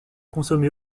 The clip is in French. consommé